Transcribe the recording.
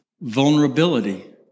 vulnerability